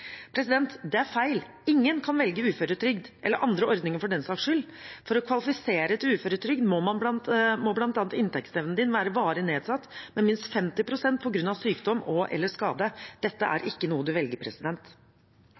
Det er feil. Ingen kan velge uføretrygd – eller andre ordninger, for den saks skyld. For å kvalifisere til uføretrygd må bl.a. ens inntektsevne være varig nedsatt med minst 50 pst. på grunn av sykdom og/eller skade. Dette er ikke noe man velger.